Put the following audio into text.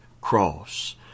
cross